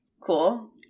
cool